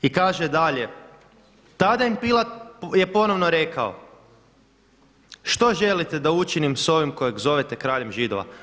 I kaže dalje: Tada im Pilat je ponovno rekao, što želite da učinim s ovim kojeg zovete kraljem Židova?